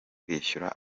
kwishyura